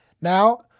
Now